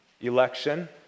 election